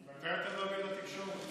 ממתי אתה מאמין לתקשורת?